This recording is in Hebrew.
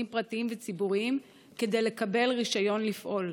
פרטיים וציבוריים כדי לקבל רישיון לפעול.